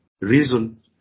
Reason